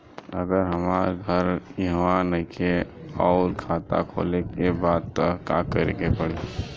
अगर हमार घर इहवा नईखे आउर खाता खोले के बा त का करे के पड़ी?